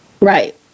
Right